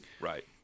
right